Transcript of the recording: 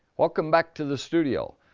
welcome back to the studio.